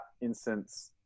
instance